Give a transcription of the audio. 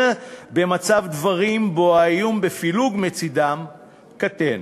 במצב דברים שבו האיום בפילוג מצדם קטן.